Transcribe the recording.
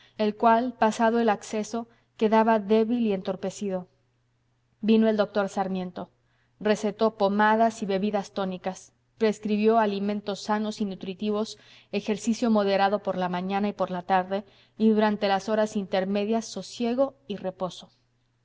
el cual pasado el acceso quedaba débil y entorpecido vino el doctor sarmiento recetó pomadas y bebidas tónicas prescribió alimentos sanos y nutritivos ejercicio moderado por la mañana y por la tarde y durante las horas intermedias sosiego y reposo